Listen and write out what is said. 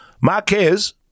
Marquez